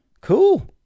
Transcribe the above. Cool